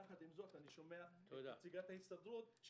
יחד עם זאת אני שומע את נציגת ההסתדרות,